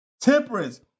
temperance